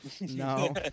No